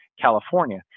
California